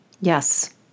yes